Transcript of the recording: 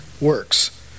works